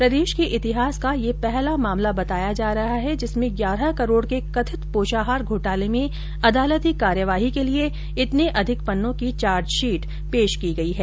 राजस्थान के इतिहास का यह पहला मामला है जिसमें ग्यारह करोड़ के कथित पोषाहार घोटाले में अदालती कार्यवाही के लिए इतने अधिक पन्नों की चार्जशीट पेश की गई है